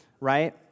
Right